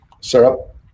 syrup